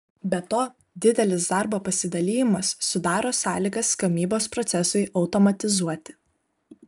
be to didelis darbo pasidalijimas sudaro sąlygas gamybos procesui automatizuoti